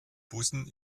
bussen